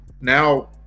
now